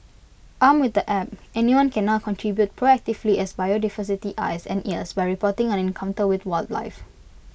armed with the app anyone can now contribute proactively as bio diversity's eyes and ears by reporting an encounter with wildlife